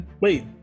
Wait